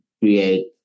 create